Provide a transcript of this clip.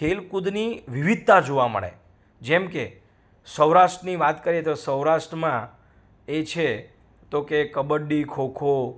ખેલકૂદની વિવિધતા જોવા મળે જેમ કે સૌરાષ્ટ્રની વાત કરીએ તો સૌરાષ્ટ્રમાં એ છે તો કે કબડ્ડી ખોખો